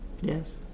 Yes